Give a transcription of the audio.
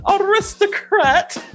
aristocrat